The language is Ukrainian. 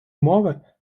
мови